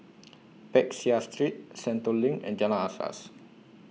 Peck Seah Street Sentul LINK and Jalan Asas